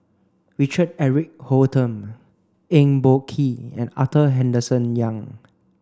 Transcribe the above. Richard Eric Holttum Eng Boh Kee and Arthur Henderson Young